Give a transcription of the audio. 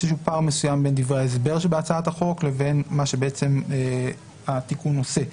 יש פער מסוים בין דברי ההסבר שבהצעת החוק לבין מה שבעצם התיקון עושה.